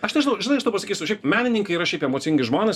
aš nežinau žinai aš tau pasakysiu šiaip menininkai yra šiaip emocingi žmonės